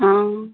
ହଁ